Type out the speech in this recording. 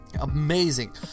amazing